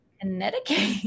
Connecticut